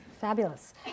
Fabulous